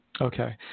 Okay